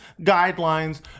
guidelines